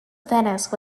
venice